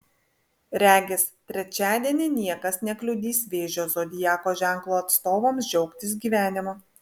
regis trečiadienį niekas nekliudys vėžio zodiako ženklo atstovams džiaugtis gyvenimu